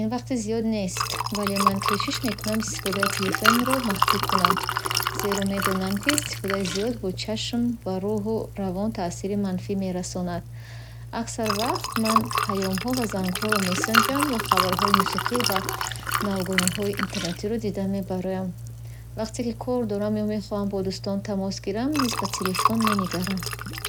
Ин вақти зиёд нест, вале ман кӯшиш мекунам истифодаи телефонро маҳдуд кунам, зеро медонам, ки истифодаи зиёд ба чашм ва руҳу равон таъсири манфӣ мерасонад. Аксар вақт ман паёмҳо ва зангҳоро месанҷам, ё хабарҳои муҳим ва навгониҳои интернетиро дида мебароям. Вақте ки кор дорам ё мехоҳам бо дӯстон тамос гирам, низ ба телефон менигарам.